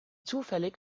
zufällig